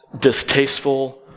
distasteful